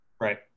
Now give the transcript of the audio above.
Right